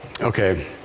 Okay